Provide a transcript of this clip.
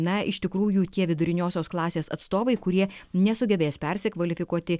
na iš tikrųjų tie viduriniosios klasės atstovai kurie nesugebės persikvalifikuoti